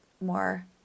more